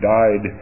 died